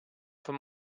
for